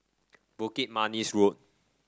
Bukit Manis Road